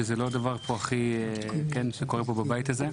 שזה לא הדבר שהכי קורה בבית הזה.